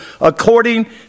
according